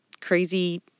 crazy